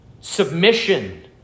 submission